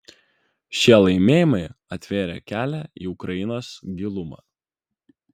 šie laimėjimai atvėrė kelią į ukrainos gilumą